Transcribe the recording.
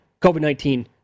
COVID-19